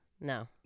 No